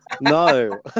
No